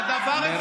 מי זו המדינה?